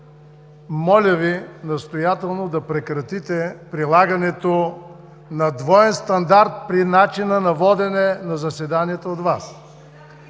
моля Ви настоятелно да прекратите прилагането на двоен стандарт при водене на заседанието от Вас.